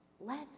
let